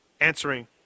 answering